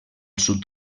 sud